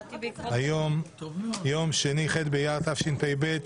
היום יום שני, ח' באייר התשפ"ב,